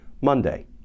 Monday